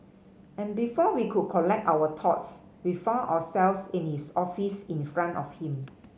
and before we could collect our thoughts we found ourselves in his office in front of him